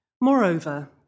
moreover